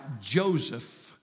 Joseph